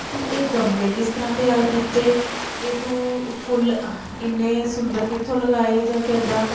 ਤੂੰ ਇਹ ਗਮਲੇ ਕਿਸ ਤਰ੍ਹਾਂ ਤਿਆਰ ਕੀਤੇ ਇਹ ਤੂੰ ਫੁੱਲ ਇੰਨੇ ਸੁੰਦਰ ਕਿੱਥੋਂ ਲਗਾਏ ਜਾਂ ਕਿੱਦਾਂ